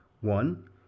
One